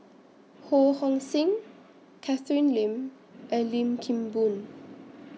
Ho Hong Sing Catherine Lim and Lim Kim Boon